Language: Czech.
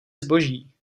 zboží